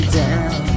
down